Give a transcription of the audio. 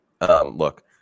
Look